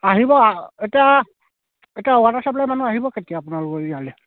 আহিব এতিয়া এতিয়া ৱাটাৰ ছাপ্লাই মানুহ আহিব কেতিয়া আপোনালোকৰ ইয়ালৈ